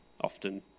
often